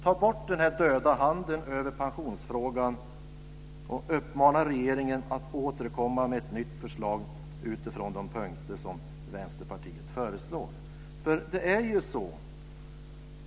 Ta bort den döda handen över pensionsfrågan och uppmana regeringen att återkomma med ett nytt förslag utifrån de punkter som Vänsterpartiet föreslår!